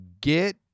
get